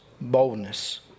boldness